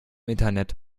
internet